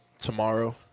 tomorrow